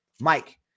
Mike